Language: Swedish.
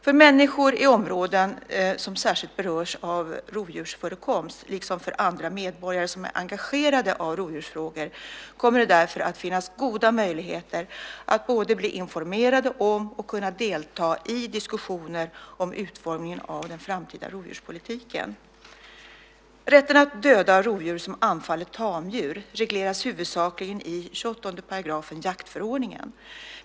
För människor i områden som särskilt berörs av rovdjursförekomst, liksom för andra medborgare som är engagerade av rovdjursfrågor, kommer det därför att finnas goda möjligheter att både bli informerade om och delta i diskussioner om utformningen av den framtida rovdjurspolitiken. Rätten att döda rovdjur som anfaller tamdjur regleras huvudsakligen i 28 § jaktförordningen.